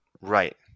Right